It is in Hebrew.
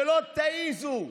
שלא תעזו.